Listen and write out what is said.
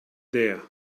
there